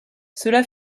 cela